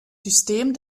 system